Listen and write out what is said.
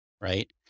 right